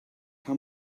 how